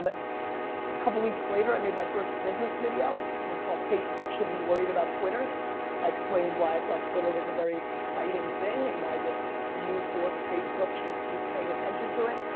um couple weeks later i made my first business video. it was called, facebook should be worried about twitter. i explained why i thought twitter was a very exciting thing and why this new force facebook should be paying attention to it.